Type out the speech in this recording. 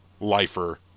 lifer